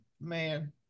man